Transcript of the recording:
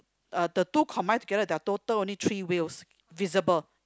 uh the two combined together there are total only three wheels visible